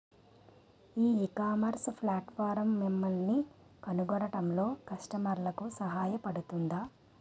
ఈ ecommerce platform మిమ్మల్ని కనుగొనడంలో కస్టమర్లకు సహాయపడుతుందా?